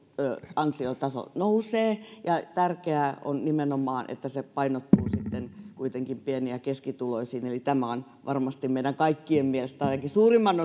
ansiotaso nousee tärkeää on nimenomaan se että se painottuu sitten kuitenkin pieni ja keskituloisiin tämä on varmasti meidän kaikkien mielestä ainakin suurimman